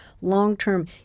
long-term